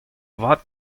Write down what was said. vat